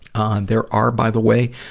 um there are, by the way,